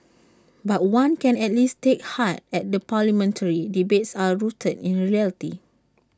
but one can at least take heart that the parliamentary debates are rooted in reality